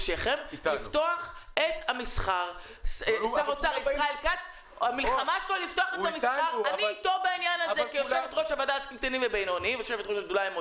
את התחקירים שערכנו בחדשות 13. כעורכת הצרכנות של חדשות 13 כבר בחודש